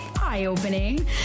eye-opening